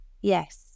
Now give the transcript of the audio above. Yes